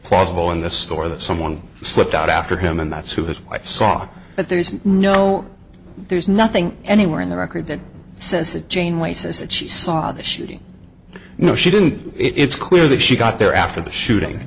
plausible in the store that someone slipped out after him and that's who his wife saw but there's no there's nothing anywhere in the record that says that janeway says that she saw the shooting you know she didn't it's clear that she got there after the shooting